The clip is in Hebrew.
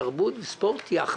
תרבות וספורט ביחד.